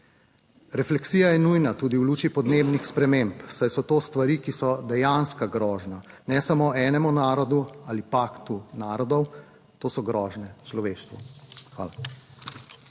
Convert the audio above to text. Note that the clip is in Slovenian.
Refleksija je nujna tudi v luči podnebnih sprememb, saj so to stvari, ki so dejanska grožnja ne samo enemu narodu ali paktu narodov, to so grožnje človeštvu. Hvala.